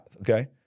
okay